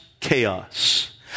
Chaos